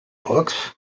books